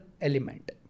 element